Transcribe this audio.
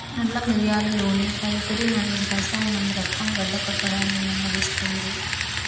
నల్ల మిరియాలులోని పైపెరిన్ అనే రసాయనం రక్తం గడ్డకట్టడాన్ని నెమ్మదిస్తుంది